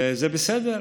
זה בסדר.